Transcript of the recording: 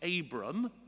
Abram